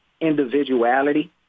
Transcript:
individuality